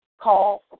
call